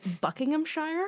Buckinghamshire